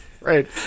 Right